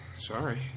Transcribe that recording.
Sorry